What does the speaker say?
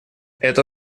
это